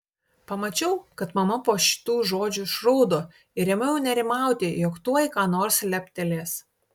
pamačiau kad mama po šitų žodžių išraudo ir ėmiau nerimauti jog tuoj ką nors leptelės